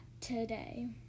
today